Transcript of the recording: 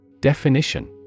Definition